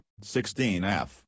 16F